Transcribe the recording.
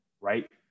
Right